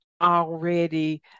already